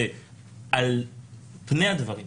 שעל פני הדברים,